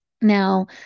Now